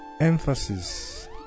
emphasis